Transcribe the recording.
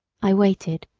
i waited,